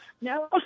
No